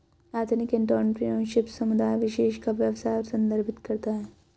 ethnic entrepreneurship समुदाय विशेष का व्यवसाय संदर्भित करता है